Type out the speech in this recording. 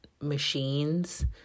machines